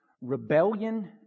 Rebellion